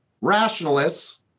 rationalists